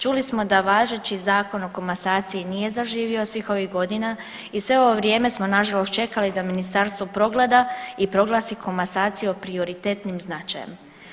Čuli smo da važeći Zakon o komasaciji nije zaživio svih ovih godina i sve ovo vrijeme smo nažalost čekali da ministarstvo progleda i proglasi komasaciju prioritetnim značajem.